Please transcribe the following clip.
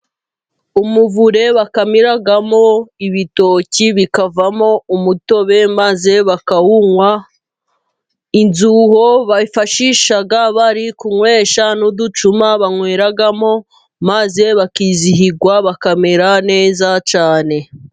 Umuvure bakamiramo ibitoki bikavamo umutobe maze bakawunywa. Inzuho bifashisha bari kunywesha n'uducuma banyweramo, maze bakizihirwa bakamera neza cyane.